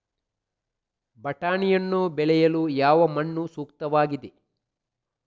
ಬಟಾಣಿಯನ್ನು ಬೆಳೆಯಲು ಯಾವ ಮಣ್ಣು ಸೂಕ್ತವಾಗಿದೆ?